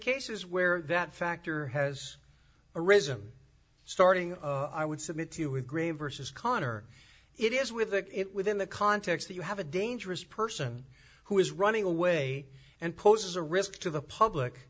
cases where that factor has arisen starting of i would submit to you agree vs connor it is with it within the context that you have a dangerous person who is running away and poses a risk to the public